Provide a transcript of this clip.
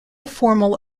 formal